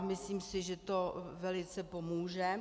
Myslím si, že to velice pomůže.